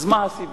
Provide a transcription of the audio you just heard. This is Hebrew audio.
אז מה הסיבה?